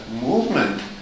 movement